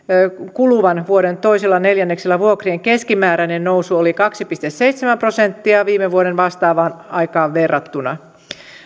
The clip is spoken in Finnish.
kuluvan vuoden toisella neljänneksellä vuokrien keskimääräinen nousu oli kaksi pilkku seitsemän prosenttia viime vuoden vastaavaan aikaan verrattuna